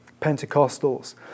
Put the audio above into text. Pentecostals